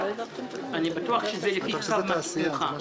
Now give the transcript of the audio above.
אני בטוח שזה לפי צו מצפונך.